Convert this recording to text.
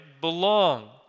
belong